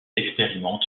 expérimente